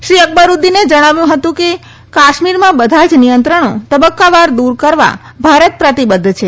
શ્રી અકબરુદ્દીને જણાવ્યું હતું કે કાશ્મીરમાં બધા જ નિયંત્રણો તબક્કાવાર દૂર કરવા ભારત પ્રતિબંદ્વ છે